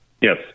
Yes